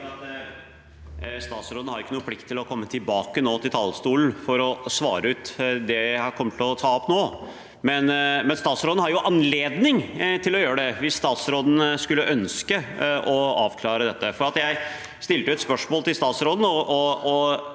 Statsråden har ikke noen plikt til å komme tilbake til talerstolen for å svare ut det jeg kommer til å ta opp nå, men statsråden har anledning til å gjøre det hvis statsråden skulle ønske å avklare dette. For jeg stilte jo et spørsmål til statsråden,